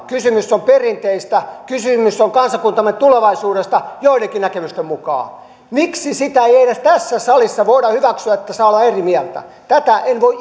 kysymys on perinteistä kysymys on kansakuntamme tulevaisuudesta joidenkin näkemysten mukaan miksi sitä ei ei edes tässä salissa voida hyväksyä että saa olla eri mieltä tätä en voi